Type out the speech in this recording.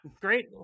great